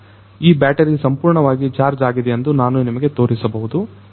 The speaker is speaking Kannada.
ಈ ಬ್ಯಾಟರಿ ಸಂಪೂರ್ಣವಾಗಿ ಚಾರ್ಜ್ ಆಗಿದೆಯೆಂದು ನಾನು ನಿಮಗೆ ತೋರಿಸಬಹುದು